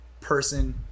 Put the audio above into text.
person